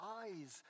eyes